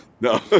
No